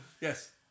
yes